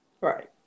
Right